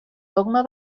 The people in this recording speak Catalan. dogma